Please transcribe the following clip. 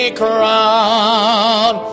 crown